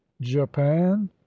Japan